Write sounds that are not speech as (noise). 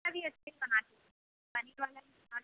(unintelligible) भी अच्छे ही बनाते हैं पनीर वाला भी बना